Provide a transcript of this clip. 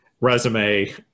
resume